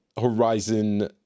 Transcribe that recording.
Horizon